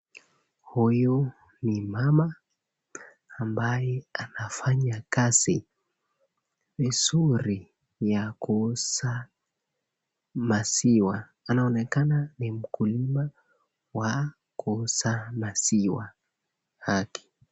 Huyu ni mama, ambaye anafanya kazi vizuri, ya kuuza maziwa. Anaonekana ni mkulima wa kuuza maziwa yake.